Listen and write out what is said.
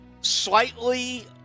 slightly